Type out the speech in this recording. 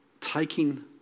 taking